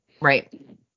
right